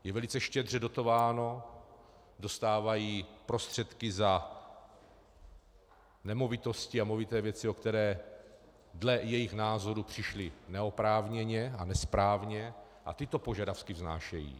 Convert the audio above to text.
Je velice štědře dotováno, dostávají prostředky za nemovitosti a movité věci, o které dle jejich názoru přišli neoprávněně a nesprávně, a tyto požadavky vznášejí.